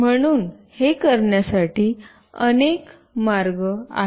म्हणून हे करण्यासाठी अनेक मार्ग आहेत